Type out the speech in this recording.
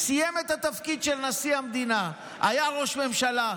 סיים את התפקיד של נשיא המדינה, היה ראש ממשלה,